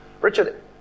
Richard